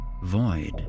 void